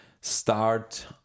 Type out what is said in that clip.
start